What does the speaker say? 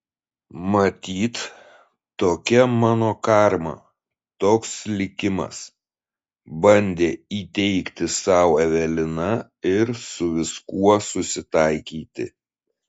matyt tokia mano karma toks likimas bandė įteigti sau evelina ir su viskuo susitaikyti